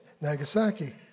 Nagasaki